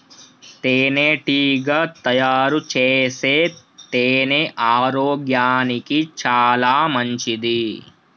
తేనెటీగ తయారుచేసే తేనె ఆరోగ్యానికి చాలా మంచిది